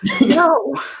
no